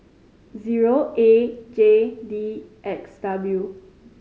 zero A J D X W